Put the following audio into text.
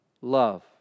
love